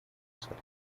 salir